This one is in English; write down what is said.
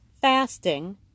fasting